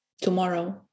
tomorrow